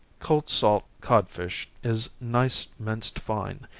cold salt codfish is nice minced fine,